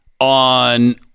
on